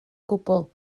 gwbl